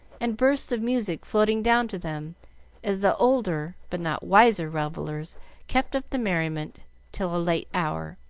and bursts of music floating down to them as the older but not wiser revellers kept up the merriment till a late hour.